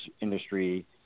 industry